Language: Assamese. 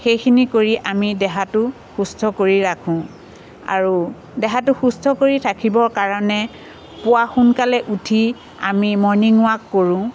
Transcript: সেইখিনি কৰি আমি দেহাটো সুস্থ কৰি ৰাখোঁ আৰু দেহাটো সুস্থ কৰি ৰাখিবৰ কাৰণে পুৱা সোনকালে উঠি আমি মৰ্ণিং ৱাক কৰোঁ